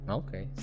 okay